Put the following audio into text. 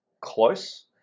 close